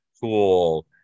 cool